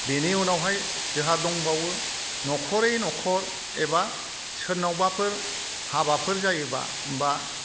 बेनि उनावहाय जोंहा दंबावो न'खरै न'खर एबा सोरनावबाफोर हाबाफोर जायोब्ला बा